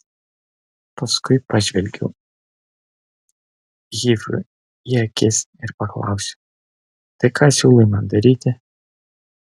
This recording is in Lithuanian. paskui pažvelgiau hifui į akis ir paklausiau tai ką siūlai man daryti